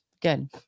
Good